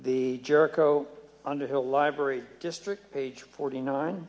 the jericho underhill library district page forty nine